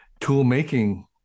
tool-making